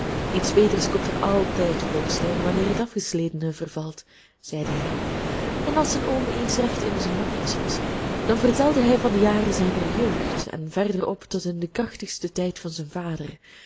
iets beters komt er altijd te voorschijn wanneer het afgesletene vervalt zeide hij en als zijn oom eens recht in zijn nopjes was dan vertelde hij van de jaren zijner jeugd en verder op tot in den krachtigsten tijd van zijn vader